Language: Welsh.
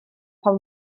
pam